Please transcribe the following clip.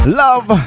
love